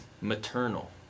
Maternal